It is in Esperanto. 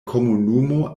komunumo